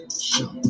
Show